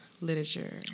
literature